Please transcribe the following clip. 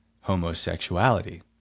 homosexuality